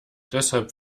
deshalb